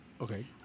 Okay